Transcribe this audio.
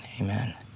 Amen